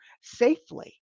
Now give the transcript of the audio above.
safely